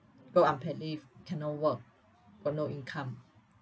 go unpaid leave cannot work got no income